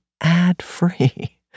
ad-free